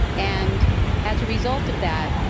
and as a result of that,